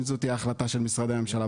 אם זאת תהיה ההחלטה של משרדי הממשלה.